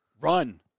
Run